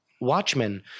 Watchmen